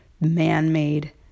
man-made